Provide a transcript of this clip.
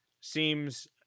seems